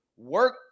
Work